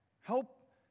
Help